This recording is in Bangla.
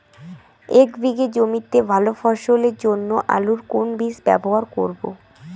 এক বিঘে জমিতে ভালো ফলনের জন্য আলুর কোন বীজ ব্যবহার করব?